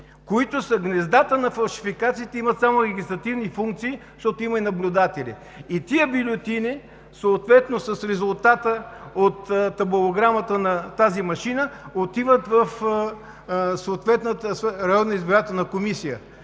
които са гнездата на фалшификациите, имат само регистративни функции, защото има и наблюдатели, а бюлетините съответно с резултата от табулограмата на тази машина отиват в съответната районна избирателна комисия.